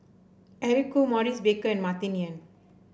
Eric Khoo Maurice Baker and Martin Yan